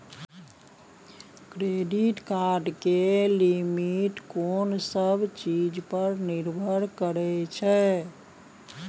Credit card के limit कोन सब चीज पर निर्भर करै छै?